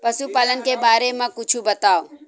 पशुपालन के बारे मा कुछु बतावव?